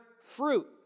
fruit